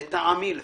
לטעמי לפחות,